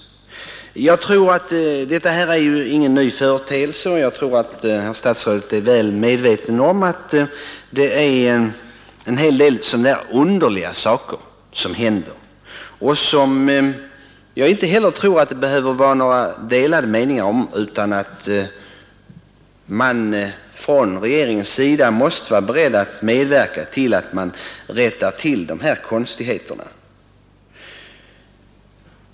Detta är ju ingen ny företeelse, och jag tror att statsrådet är väl medveten om att en hel del sådana här underliga saker händer och att det inte heller behöver vara några delade meningar om att man från regeringens sida är beredd att medverka till att dessa konstigheter rättas till.